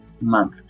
month